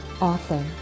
Author